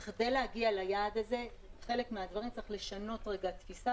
בכדי להגיע ליעד הזה צריך לשנות תפיסה